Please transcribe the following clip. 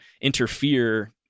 interfere